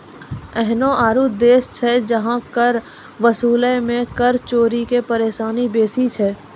एहनो आरु देश छै जहां कर वसूलै मे कर चोरी के परेशानी बेसी छै